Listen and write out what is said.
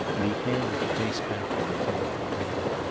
and he handed the case back with a thoughtful air.